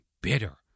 bitter